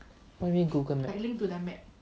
what do you mean google maps